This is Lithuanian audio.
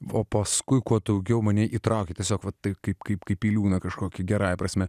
o paskui kuo daugiau mane įtraukė tiesiog va taip kaip kaip kaip į liūną kažkokį gerąja prasme